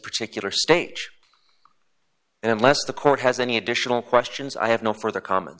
particular stage and unless the court has any additional questions i have no further comments